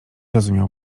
rozumiał